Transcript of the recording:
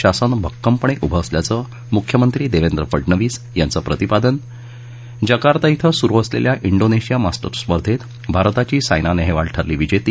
शासन भक्कमपणे उभं असल्याचं मुख्यमंत्री देवेंद्र फडनवीस यांचं प्रतिपादन जकार्ता इथं सुरु असलेल्या इंडोनेशिया मास्टर्स स्पर्धेत भारताची सायना नेहवाल ठरली विजेती